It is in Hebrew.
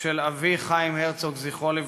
של אבי חיים הרצוג ז"ל ושל